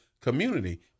community